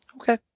Okay